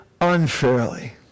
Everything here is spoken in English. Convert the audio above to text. unfairly